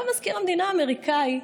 אומר מזכיר המדינה האמריקני: